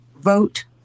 vote